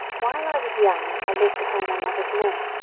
while i was young i lived upon my mother's milk,